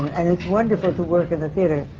and it. it's wonderful to work in the theatre,